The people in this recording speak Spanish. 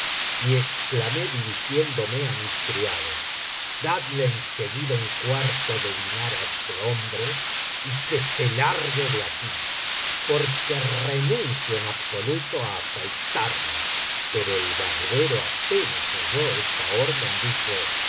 y exclamé dirigiéndome á mis criados dadle en seguida un cuarto de diñar á este hombre y que se largue de aquí porque renuncio en absoluto á afeitarme pero el barbero apenas oyó esta orden dijo